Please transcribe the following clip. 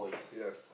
yes